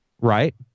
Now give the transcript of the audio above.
Right